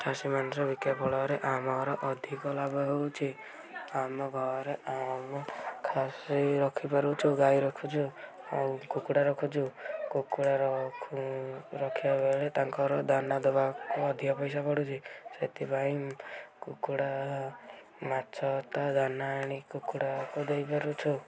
ଖାସି ମାଂସ ବିକିବା ଫଳରେ ଆମର ଅଧିକ ଲାଭ ହେଉଚି ଆମ ଘରେ ଆମେ ଖାସି ରଖିପାରୁଚୁ ଗାଈ ରଖୁଛୁ ଆଉ କୁକୁଡ଼ା ରଖୁଛୁ କୁକୁଡ଼ା ରଖିବା ଫଳରେ ତାଙ୍କର ଦାନା ଦେବାକୁ ମଧ୍ୟ ଅଧିକ ପଇସା ପଡ଼ୁଛି ସେଥିପାଇଁ କୁକୁଡ଼ା ମାଛ ତା ଦାନା ଆଣି କୁକୁଡ଼ାକୁ ଦେଇପାରୁଛୁ